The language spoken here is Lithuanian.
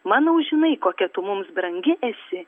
manau žinai kokia tu mums brangi esi